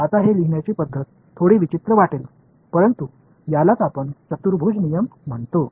आता हे लिहिण्याची पद्धत थोडी विचित्र वाटेल परंतु यालाच आपण चतुर्भुज नियम म्हणतो